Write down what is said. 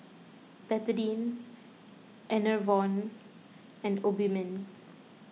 Betadine Enervon and Obimin